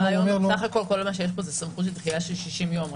כל מה שיש פה זה סמכות של דחייה של 60 יום.